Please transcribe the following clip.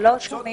המשרד